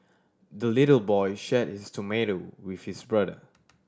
the little boy shared his tomato with his brother